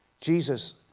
Jesus